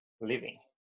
living